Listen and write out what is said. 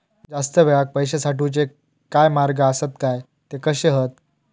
जास्त वेळाक पैशे साठवूचे काय मार्ग आसत काय ते कसे हत?